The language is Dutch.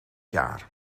jaar